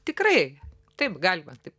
tikrai taip galima taip